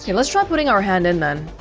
yeah let's try putting our hand in, then